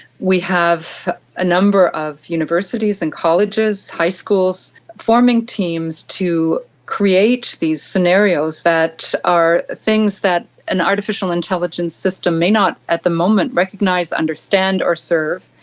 we have a number of universities and colleges, high schools forming teams to create these scenarios that are things that an artificial intelligence system may not at the moment recognise, understand or serve.